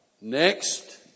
Next